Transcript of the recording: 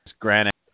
Granite